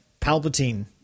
palpatine